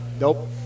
Nope